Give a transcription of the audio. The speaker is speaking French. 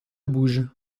bouge